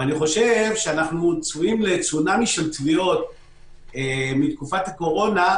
אנחנו צפויים לצונאמי של תביעות מתקופת הקורונה,